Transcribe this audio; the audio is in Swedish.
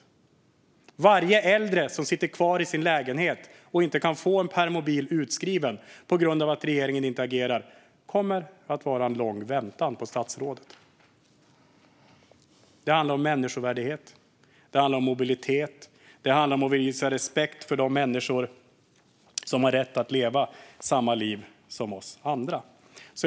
För varje äldre som sitter kvar i sin lägenhet och inte kan få en permobil utskriven på grund av att regeringen inte agerar kommer det att vara en lång väntan på statsrådet. Det handlar om människovärdighet. Det handlar om mobilitet. Det handlar om att visa respekt för dessa människor, som har rätt att leva samma liv som vi andra.